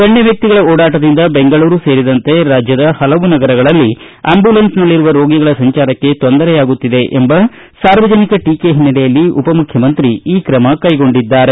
ಗಣ್ಯವ್ತಿಗಳ ಓಡಾಟದಿಂದ ಬೆಂಗಳೂರು ಸೇರಿದಂತೆ ರಾಜ್ಯದ ಹಲವು ನಗರಗಳಲ್ಲಿ ಆಂಬ್ಯುಲೆನ್ಸ್ನಲ್ಲಿರುವ ರೋಗಿಗಳ ಸಂಚಾರಕ್ಕೆ ತೊಂದರೆಯಾಗುತ್ತಿದೆ ಎಂಬ ಸಾರ್ವಜನಿಕ ಟೀಕೆ ಹಿನ್ನೆಲೆಯಲ್ಲಿ ಉಪಮುಖ್ಯಮಂತ್ರಿ ಈ ಕ್ರಮ ತೆಗೆದುಕೊಂಡಿದ್ದಾರೆ